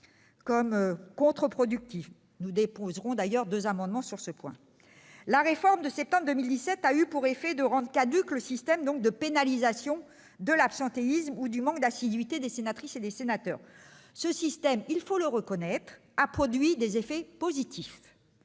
contre-productif. Nous présenterons d'ailleurs deux amendements sur ce sujet. La réforme de septembre 2017 a eu pour effet de rendre caduc le système de pénalisation de l'absentéisme ou du manque d'assiduité des sénatrices et des sénateurs. Ce système- il faut le reconnaître -a produit des effets positifs.